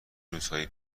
روزهایی